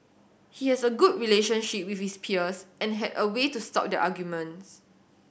he has a good relationship with his peers and had a way to stop their arguments